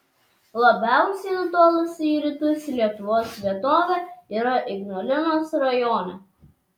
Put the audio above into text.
labiausiai nutolusi į rytus lietuvos vietovė yra ignalinos rajone